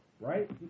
right